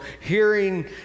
hearing